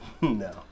No